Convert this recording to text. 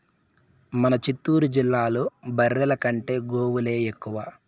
మన చిత్తూరు జిల్లాలో బర్రెల కంటే గోవులే ఎక్కువ